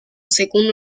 según